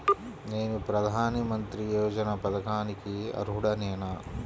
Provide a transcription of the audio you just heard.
నేను ప్రధాని మంత్రి యోజన పథకానికి అర్హుడ నేన?